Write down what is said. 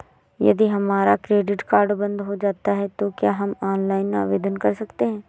यदि हमारा credit card बंद हो जाता है तो क्या हम ऑनलाइन आवेदन कर सकते हैं?